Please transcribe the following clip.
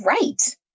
right